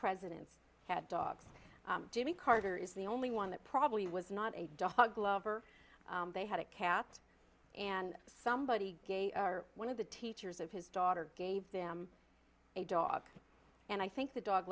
presidents had dogs jimmy carter is the only one that probably was not a dog lover they had a cat and somebody gave one of the teachers of his daughter gave them a dog and i think the dog